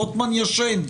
רוטמן ישן.